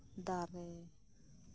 ᱫᱟᱨᱮ